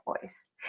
voice